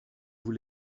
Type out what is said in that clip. vous